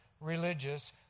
religious